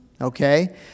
Okay